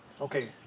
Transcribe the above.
Okay